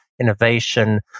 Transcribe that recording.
innovation